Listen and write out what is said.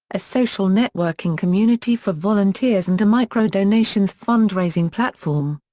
a social networking community for volunteers and a micro-donations fundraising platform.